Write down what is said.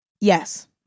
Yes